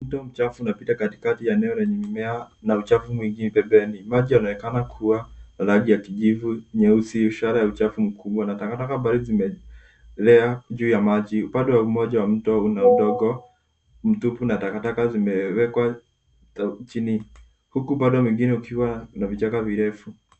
Punda mchafu unapita katikati ya eneo lenye mimea na uchafu mwingi pembeni. Maji yanaonekana kuwa na rangi ya kijivu nyeusi, ishara ya uchafu mkubwa na takataka mbali zimeelea juu ya maji. Upande mmoja wa mto, una udongo mtupu na takataka zimewekwa chini huku upande mwingine ukiwa na vichaka virefu.